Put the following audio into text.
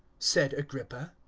said agrippa.